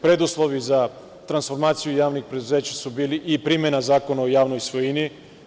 Preduslovi za transformaciju javnih preduzeća su bili i primena zakona o javnoj svojini.